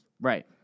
Right